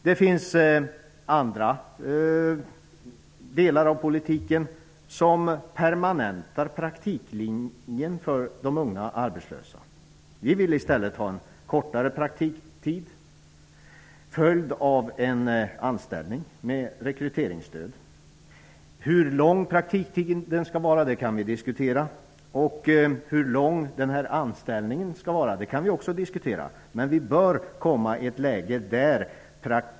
Det finns andra delar av regeringens politik som permanentar praktiklinjen för de unga arbetslösa. Vi vill i stället ha en kortare praktiktid, följd av en anställning med rekryteringsstöd. Hur lång praktiktiden skall vara kan vi diskutera, liksom hur lång anställningstiden skall vara. Men vi bör komma i ett annat läge.